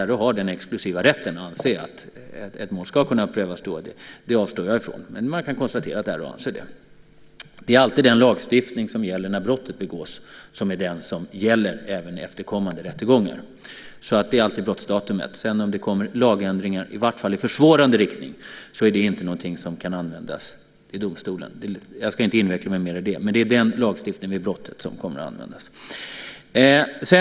RÅ har den exklusiva rätten att anse att ett mål ska kunna prövas i HD. Man kan konstatera att RÅ anser det. Det är alltid den lagstiftning som gäller när brottet begås som gäller även i efterkommande rättegångar. Det är alltid brottsdatumet som gäller. Om det sedan kommer lagändringar, i vart fall i försvårande riktning, är det inte någonting som kan användas i domstolen. Jag ska inte inveckla mig mer i det. Det är den lagstiftning som gällde vid brottet som kommer att användas.